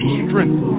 strength